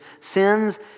sins